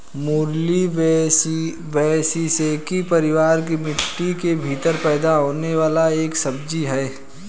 मूली ब्रैसिसेकी परिवार की मिट्टी के भीतर पैदा होने वाली एक सब्जी है